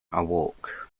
awoke